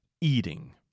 eating